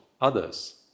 others